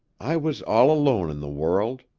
i was all alone in the world.